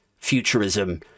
futurism